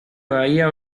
bahía